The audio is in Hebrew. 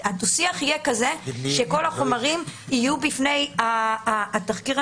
השיח יהיה כזה שכל החומרים יהיו בפני התחקירנים,